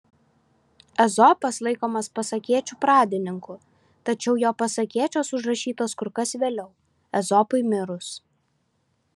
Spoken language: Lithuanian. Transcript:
ezopas laikomas pasakėčių pradininku tačiau jo pasakėčios užrašytos kur kas vėliau ezopui mirus